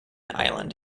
island